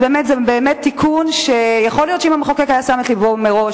זה באמת תיקון שיכול להיות שאם המחוקק היה שם את לבו מראש,